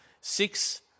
six